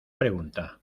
pregunta